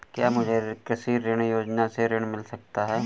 क्या मुझे कृषि ऋण योजना से ऋण मिल सकता है?